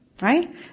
Right